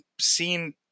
seen –